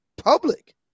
public